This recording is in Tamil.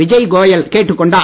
விஜய் கோயல் கேட்டுக்கொண்டார்